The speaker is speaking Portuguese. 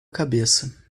cabeça